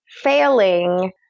failing